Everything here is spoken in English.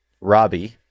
Robbie